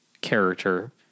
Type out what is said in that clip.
Character